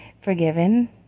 forgiven